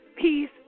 Peace